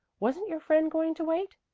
wasn't your friend going to wait?